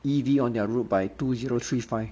E_V on their road by two zero three five